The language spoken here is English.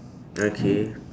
okay